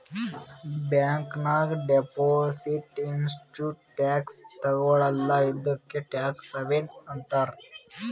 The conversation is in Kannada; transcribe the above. ಬ್ಯಾಂಕ್ ನಾಗ್ ಡೆಪೊಸಿಟ್ ಇಟ್ಟುರ್ನೂ ಟ್ಯಾಕ್ಸ್ ತಗೊಳಲ್ಲ ಇದ್ದುಕೆ ಟ್ಯಾಕ್ಸ್ ಹವೆನ್ ಅಂತಾರ್